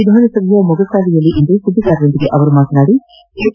ವಿಧಾನಸಭೆಯ ಮೊಗಸಾಲೆಯಲ್ಲಿಂದು ಸುದ್ದಿಗಾರರೊಂದಿಗೆ ಮಾತನಾಡಿದ ಅವರು ಎಚ್